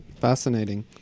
Fascinating